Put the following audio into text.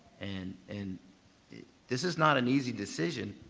and and this is not an easy decision,